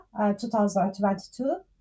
2022